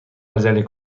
عجله